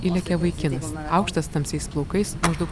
įlėkė vaikinas aukštas tamsiais plaukais maždaug